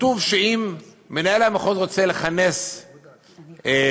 כתוב שאם מנהל המחוז רוצה לכנס מפקחים